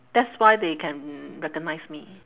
that's why they can recognise me